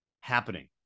happening